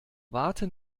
warte